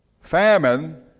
famine